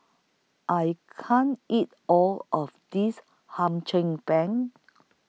I can't eat All of This Hum Chim Peng